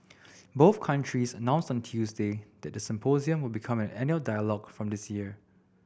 both countries announced on Tuesday that the symposium will become an annual dialogue from this year